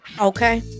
Okay